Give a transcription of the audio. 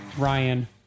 Ryan